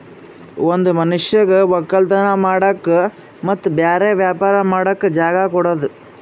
ಒಂದ್ ಮನಷ್ಯಗ್ ವಕ್ಕಲತನ್ ಮಾಡಕ್ ಮತ್ತ್ ಬ್ಯಾರೆ ವ್ಯಾಪಾರ ಮಾಡಕ್ ಜಾಗ ಕೊಡದು